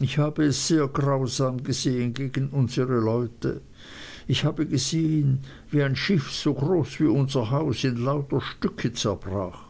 ich habe es sehr grausam gesehen gegen unsere leute ich habe gesehen wie es ein schiff so groß wie unser haus in lauter stücke zerbrach